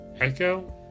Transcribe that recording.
Echo